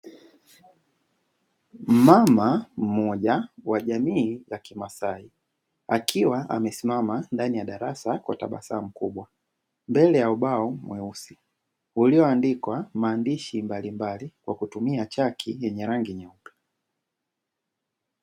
Mama mmoja wa jamii ya kimasai, akiwa amesimama ndani ya darasa kwa tabasamu kubwa mbele ya ubao mweusi, ulioandikwa maandishi mbalimbali kwa kutumia chaki yenye rangi nyeupe.